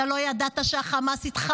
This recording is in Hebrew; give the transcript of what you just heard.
לאורך שנים אתה לא ידעת שהחמאס התחמש.